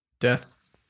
death